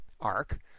arc